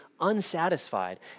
unsatisfied